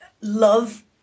love